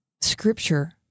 scripture